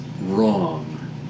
wrong